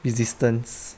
resistance